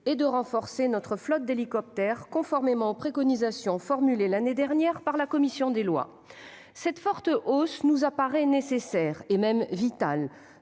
et de renforcer notre flotte d'hélicoptères, conformément aux préconisations formulées l'année dernière par la commission des lois. Cette forte hausse nous paraît nécessaire, et même vitale,